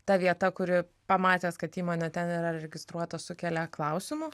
ta vieta kuri pamatęs kad įmonė ten yra registruota sukelia klausimų